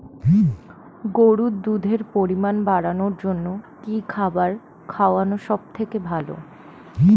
গরুর দুধের পরিমাণ বাড়ানোর জন্য কি খাবার খাওয়ানো সবথেকে ভালো?